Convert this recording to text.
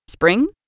Spring